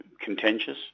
contentious